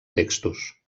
textos